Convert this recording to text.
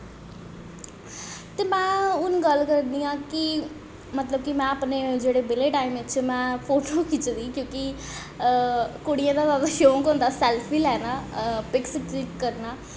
ते में हून गल्ल करनी आं कि मतलव कि में अपनें बेह्ॅले टाईम च अपनें फोटो खिच्चनी क्योंकि कुड़ियें दा शौंक होंदा सैल्फी लैना पिक्स कलिक करनां